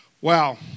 Wow